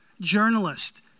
journalist